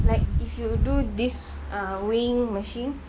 like if you do this err weighing machine